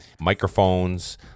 microphones